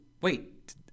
wait